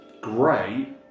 great